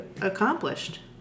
accomplished